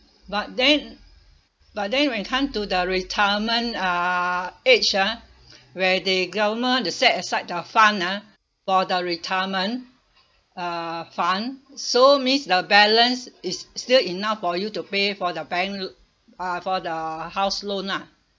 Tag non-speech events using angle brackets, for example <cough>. but then but then when it come to the retirement uh age ah <breath> where the government they set aside the fund ah for the retirement uh fund so means the balance is still enough for you to pay for the bank l~ uh for the house loan lah